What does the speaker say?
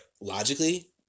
logically